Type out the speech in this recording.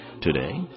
today